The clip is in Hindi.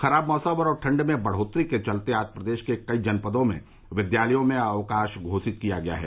खराब मौसम और ठंड में बढ़ोत्तरी के चलते आज प्रदेश के कई जनपदों में विद्यालयों में अवकाश घोषित किया गया है